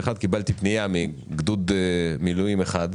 פנייה מגדוד מילואים אחד.